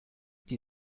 die